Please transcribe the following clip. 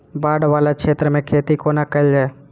बाढ़ वला क्षेत्र मे खेती कोना कैल जाय?